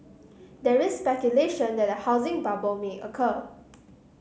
there is speculation that a housing bubble may occur